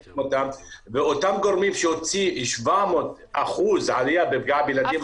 אותם גורמים שהוציא 700% עלייה בפגיעה בילדים --- אף